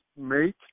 make